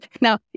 now